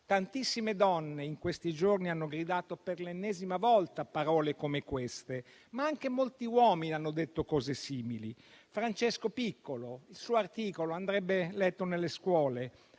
Tantissime donne in questi giorni hanno gridato per l'ennesima volta parole come queste, ma anche molti uomini hanno detto cose simili: Francesco Piccolo, il cui articolo andrebbe letto nelle scuole;